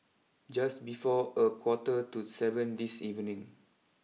just before a quarter to seven this evening